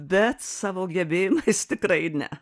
bet savo gebėjimais tikrai ne